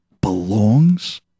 Belongs